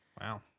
Wow